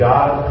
God